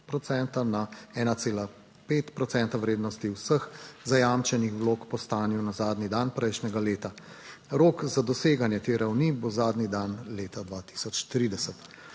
procenta vrednosti vseh zajamčenih vlog po stanju na zadnji dan prejšnjega leta. Rok za doseganje te ravni bo zadnji dan leta 2030.